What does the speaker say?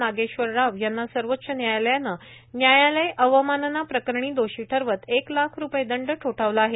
नागेश्वर राव यांना सर्वोच्च न्यायालयानं न्यायालय अवमानना प्रकरणी दोषी ठरवत एक लाख रुपये दंड ठोठावला आहे